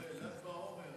ל"ג בעומר.